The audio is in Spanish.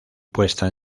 puesta